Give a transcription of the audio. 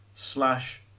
slash